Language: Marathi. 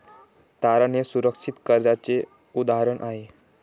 तारण हे सुरक्षित कर्जाचे उदाहरण आहे